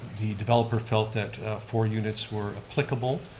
the developer felt that four units were applicable,